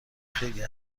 خیلی